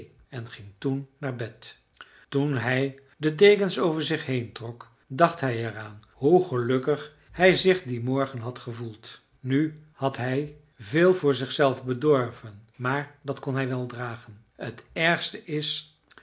en ging toen naar bed toen hij de dekens over zich heentrok dacht hij er aan hoe gelukkig hij zich dien morgen had gevoeld nu had hij veel voor zichzelf bedorven maar dat kon hij wel dragen het ergste is